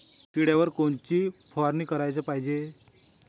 किड्याइवर कोनची फवारनी कराच पायजे?